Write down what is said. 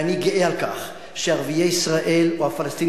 ואני גאה על כך שערביי ישראל או הפלסטינים